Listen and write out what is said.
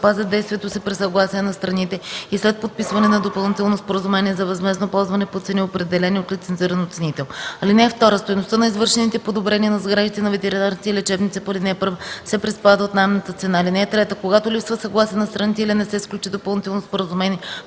запазят действието си при съгласие на страните и след подписване на Допълнително споразумение за възмездно ползване по цени, определени от лицензиран оценител. (2) Стойността на извършените подобрения на сградите на ветеринарните лечебници по ал. 1 се приспада от наемната цена. (3) Когато липсва съгласие на страните или не се сключи допълнително споразумение